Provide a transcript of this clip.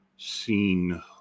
Seen